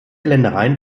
ländereien